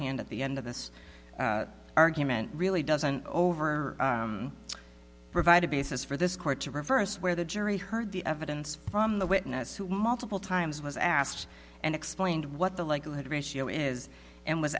hand at the end of this argument really doesn't over provide a basis for this court to reverse where the jury heard the evidence from the witness who multiple times was asked and explained what the likelihood ratio is and was